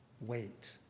Wait